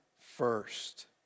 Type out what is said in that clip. first